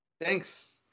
Thanks